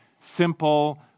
simple